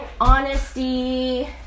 honesty